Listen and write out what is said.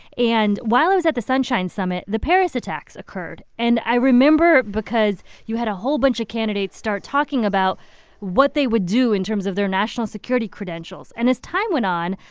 and while i was at the sunshine summit, the paris attacks occurred. and i remember because you had a whole bunch of candidates start talking about what they would do in terms of their national security credentials. and as time went on,